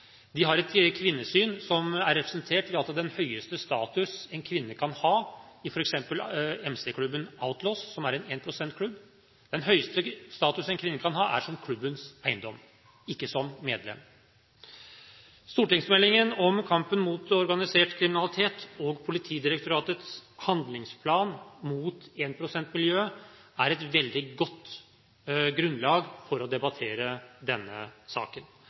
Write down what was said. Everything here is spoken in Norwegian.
De har egne lovgivende, dømmende og utøvende organer i énprosentklubbene. De har et kvinnesyn som er representert ved at den høyeste status en kvinne kan ha i f.eks. MC-klubben Outlaws, som er en énprosentklubb, er som klubbens eiendom, ikke som medlem. Stortingsmeldingen om kampen mot organisert kriminalitet og Politidirektoratets handlingsplan mot énprosentmiljøet er et veldig godt grunnlag for å debattere denne saken.